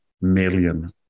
million